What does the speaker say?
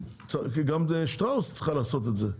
אז גם שטראוס צריכה לעשות את זה.